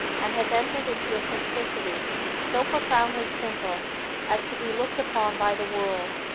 and has entered into a simplicity so profoundly simple as to be looked upon by the world,